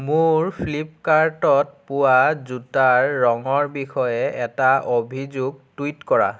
মোৰ ফ্লিপকাৰ্টত পোৱা জোতাৰ ৰঙৰ বিষয়ে এটা অভিযোগ টুইট কৰা